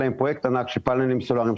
של פאנלים סולאריים.